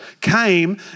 came